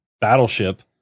Battleship